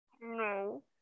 No